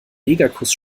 negerkuss